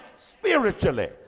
spiritually